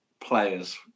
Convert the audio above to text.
players